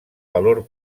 valor